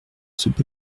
soupe